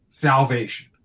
Salvation